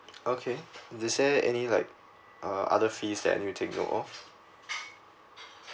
okay does there any like uh other fees that I need to take note of